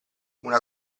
una